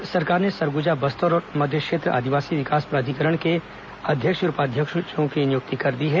राज्य सरकार ने सरगुजा बस्तर और मध्य क्षेत्र आदिवासी विकास प्राधिकरण के अध्यक्ष और उपाध्यक्षों की नियुक्ति कर दी है